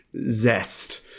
zest